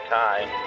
time